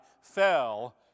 fell